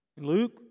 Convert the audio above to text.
Luke